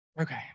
Okay